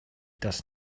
does